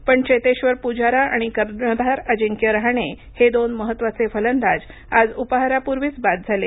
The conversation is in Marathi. पण चेतेश्वर पुजारा आणि कर्णधार अजिंक्य रहाणे हे दोन महत्त्वाचे फलंदाज आज उपाहारापूर्वीच बाद झाले